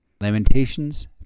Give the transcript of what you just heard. Lamentations